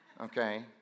Okay